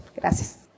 Gracias